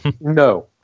No